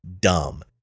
dumb